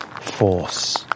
force